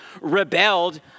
rebelled